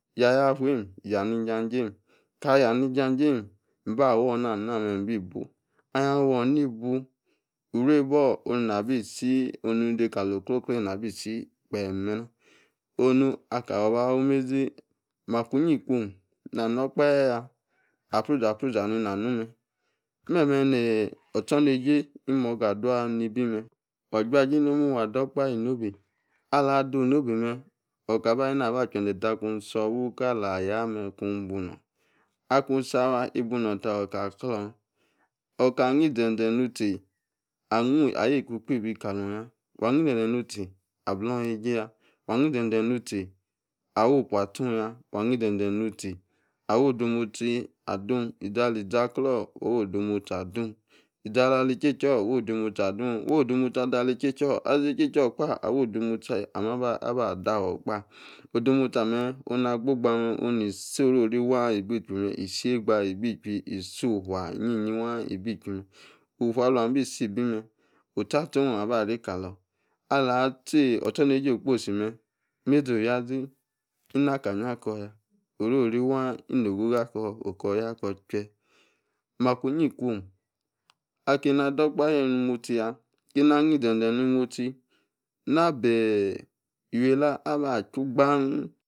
Yaa, yafume, ya isa-esim, aka ya ni-isa-sim mba ba, awor ona nammer, ibi-bu alufii awor, ibu, oru-eba orr, onu-nabi-si onu, de, kalor, odo-clena-bi-si kpem mena ono aka wu-mezi, makuyi, ikume, na, nor okpahe yai apruza-apruza nana, aru mer meme no, ostrnejie imorga adu-nebi me, wajua-jie nomu, wa do-okpahe, orrobe, ala ado, nobe mme, oka, aba yani na-ba ache-ze, ta ku sor wikala ayame ku-bu, nor, aku, sor awa ibunu, ota, clon, ota ane-zeze na tie ayeka, okpebi kalor, ya, wa ni-ze-ze natie ablon, ijie ya, wa, ani-ze-ze nutie, awo-olu atun ya, wa ani-ze-ze nutie awo-odemostie adun izi ali-zea-clor, wo-odemostie adun, isi ala-li, che-chor, wo-odemostie adun, wo-odemostie adali che-chor ali, che-chor kpa, odemostie anne onu na gba mem, onu, ni, isi oro-ri wa ibi ichwi mem, isi yie-gba ichui, isi utua, iyin-waa ibi ichui mem, utua alor abi, isi ibi mem osta-sta-oh, aba arey kaleyi ala-tie, ostornejie okposi mem, imezi oya-zi ina akaya akor ya, kor, che, makuyi ikwum, akeni ado-okpahe ni mostie, ya akeni ani-ze-ze ni-mostie, abie iwie-la-aba, chu baan